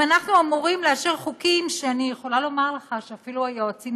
אם אנחנו אמורים לאשר חוקים שאני יכולה לומר לך שאפילו היועצים